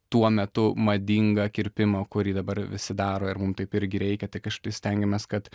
tuo metu madingą kirpimą kurį dabar visi daro ir mum taip irgi reikia tai kažkaip taip stengiamės kad